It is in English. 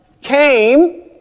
came